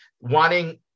wanting